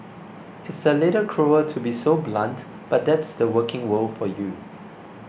it's a little cruel to be so blunt but that's the working world for you